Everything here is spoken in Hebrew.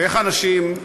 ואיך האנשים,